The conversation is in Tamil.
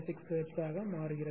036 ஹெர்ட்ஸாக மாறும்